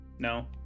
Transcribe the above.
No